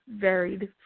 varied